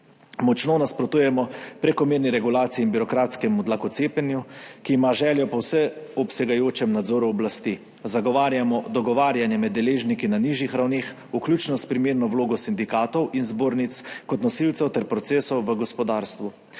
Močno nasprotujemo prekomerni regulaciji in birokratskemu dlakocepljenju, ki ima željo po vseobsegajočem nadzoru oblasti. Zagovarjamo dogovarjanje med deležniki na nižjih ravneh, vključno s primerno vlogo sindikatov in zbornic kot nosilcev, ter procesi v gospodarstvu.